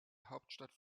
hauptstadt